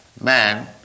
man